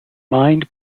mind